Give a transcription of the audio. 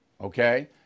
okay